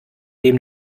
dem